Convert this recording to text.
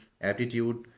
attitude